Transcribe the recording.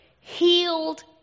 healed